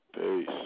Peace